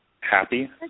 Happy